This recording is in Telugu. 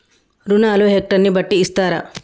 రుణాలు హెక్టర్ ని బట్టి ఇస్తారా?